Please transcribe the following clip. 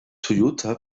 toyota